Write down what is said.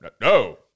no